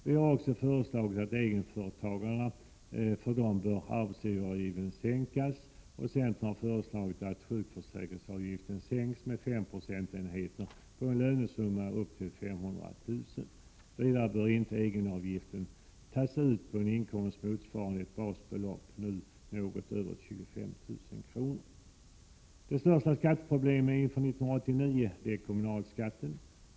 Vi har också föreslagit att arbetsgivaravgiften för egenföretagarna bör sänkas och att sjukförsäkringsavgiften sänks med fem procentenheter på en lönesumma upp till 500 000 kronor. Vidare bör inte egenavgiften tas ut på en inkomst motsvarande ett basbelopp, nu något över 25 000 kronor. Det största skatteproblemet inför 1989 är kommunalskatten.